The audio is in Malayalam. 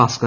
ഭാസ്കർ